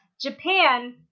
Japan